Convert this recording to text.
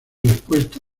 respuesta